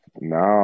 No